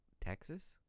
Texas